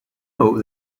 know